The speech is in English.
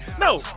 No